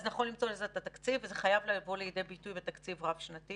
אז נכון למצוא לזה את התקציב וזה חייב לבוא לידי ביטוי בתקציב רב-שנתי.